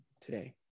today